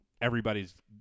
everybody's